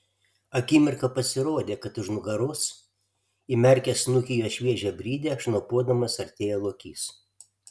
akimirką pasirodė kad už nugaros įmerkęs snukį į jos šviežią brydę šnopuodamas artėja lokys